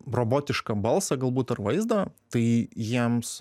robotiškai balsą galbūt ar vaizdą tai jiems